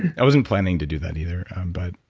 i wasn't planning to do that either um but